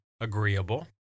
agreeable